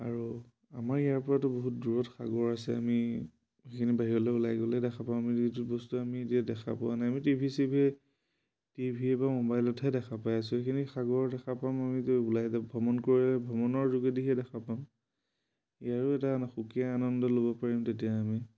আৰু আমাৰ ইয়াৰ পৰাতো বহুত দূৰত সাগৰ আছে আমি সেইখিনি বাহিৰলে ওলাই গ'লে দেখা পাওঁ আমি যিটো বস্তু আমি এতিয়া দেখা পোৱা নাই আমি টিভি চিভিয়ে টিভি বা মোবাইলতহে দেখা পাই আছোঁ সেইখিনি সাগৰ দেখা পাম আমি ওলাই যাব ভ্ৰমণ কৰি ভ্ৰমণৰ যোগেদিহে দেখা পাম ইয়াৰো এটা সুকীয়া আনন্দ ল'ব পাৰিম তেতিয়া আমি